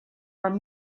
are